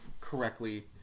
correctly